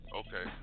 okay